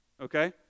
Okay